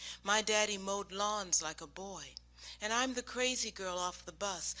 my daddy mowed lawns like a boy and i'm the crazy girl off the bus,